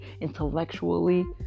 intellectually